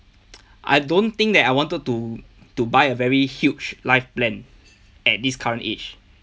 I don't think that I wanted to to buy a very huge life plan at this current age